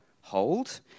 hold